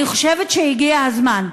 אני חושבת שהגיע הזמן,